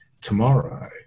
tomorrow